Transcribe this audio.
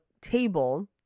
table